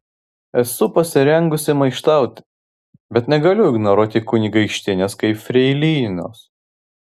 esu pasirengusi maištauti bet negaliu ignoruoti kunigaikštienės kaip freilinos